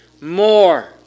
More